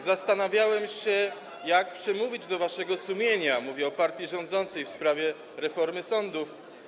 Zastanawiałem się, jak przemówić do waszego sumienia - mówię o partii rządzącej - w sprawie reformy sądów.